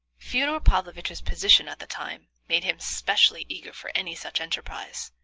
fyodor pavlovitch's position at the time made him specially eager for any such enterprise,